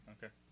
Okay